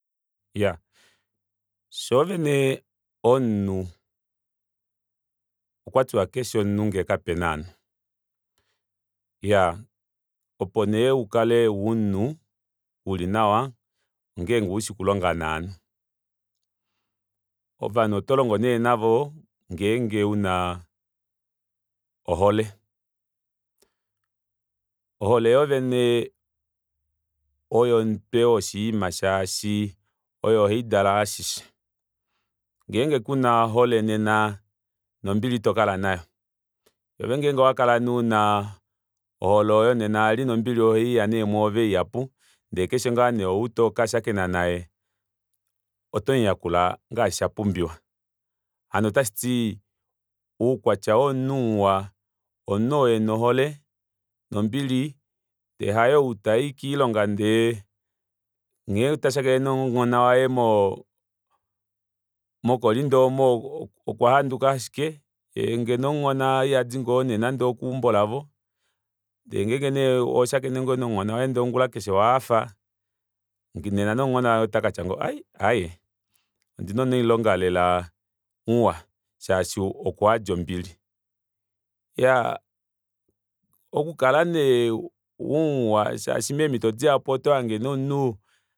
Iyaaa shoovene omunhu okwatiwa kfi omunhu ngee kapena ovanhu iyaa opo nee ukale umunhu uli nawa ongenge ushi kulonga novanhu ovanhu otolongo nee navo ngenge una ohole ohole yoovene oyo omutwe woshiima shaashi oyo haidala ashishe ngenge kuna ohole nena nombili itokala nayo ovengnge owakala nee una ohole ooyo nena eli nombili ohaiya nee mwoove ihapu ndee keshe ngoo nee ou tokashakena naye otomuyakula ngaashi shapumbiwa hano otashiti oukwatya womunhu oo muwa omunhu oo ena ohole nombili ndee hayoo tayi koilonga ndee nghee tashakene nomuhona waye moo mokolinto okwa handuka ashike yeengeno omuhona ihadi ngoo nee nande okeumbo lavo ndee ngenge owashakene nomuhona woye ndee keshe ongula keshe owahafa nena nomuhona woye otakatya ngoo ai aaye ondina omunailonga lela muwa shaashi okuyadi ombili iyaa okukala neee umuwa shaashi meemito dihapu otohange nee omunhu